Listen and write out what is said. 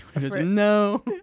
No